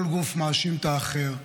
כל גוף מאשים את האחר,